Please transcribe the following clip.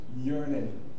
yearning